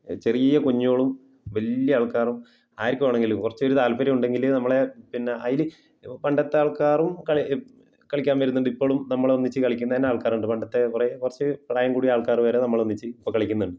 ചെറിയ കുഞ്ഞോളും വലിയ ആൾക്കാറും ആർക്ക് വേണമെങ്കിലും കുറച്ച് ഒരു താല്പര്യമുണ്ടെങ്കിൽ നമ്മളെ പിന്നെ അതിൽ പണ്ടത്തെ ആൾക്കാറും കളി കളിക്കാൻ വരുന്നുണ്ട് ഇപ്പഴും നമ്മളൊന്നിച്ച് കളിക്കുന്നതെന്നെ ആൾക്കാറുണ്ട് പണ്ടത്തെ കുറെ കുറച്ച് പ്രായം കൂടിയ ആൾക്കാർ വരെ നമ്മളൊന്നിച്ച് ഇപ്പോൾ കളിക്കുന്നുണ്ട്